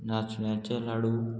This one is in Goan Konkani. नाचण्याचे लाडू